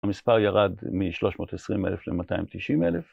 המספר ירד מ-320,000 ל-290,000.